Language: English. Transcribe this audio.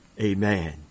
Amen